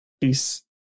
Peace